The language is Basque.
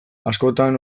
askotan